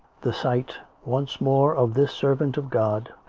the sight, once more, of this servant of god,